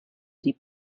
die